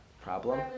problem